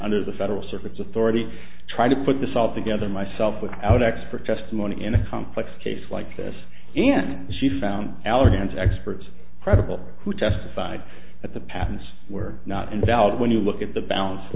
under the federal service authority try to put this all together myself without expert testimony in a complex case like this and she found allergens experts credible who testified at the patents were not invalid when you look at the balance